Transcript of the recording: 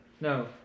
no